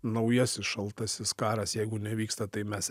naujasis šaltasis karas jeigu nevyksta tai mes